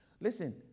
Listen